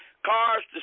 cars